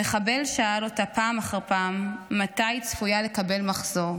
המחבל שאל אותה פעם אחר פעם מתי היא צפויה לקבל מחזור,